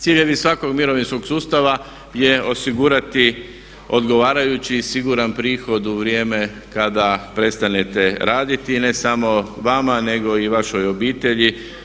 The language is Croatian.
Ciljevi svakog mirovinskog sustava je osigurati odgovarajući i siguran prihod u vrijeme kada prestanete raditi ne samo vama nego i vašoj obitelji.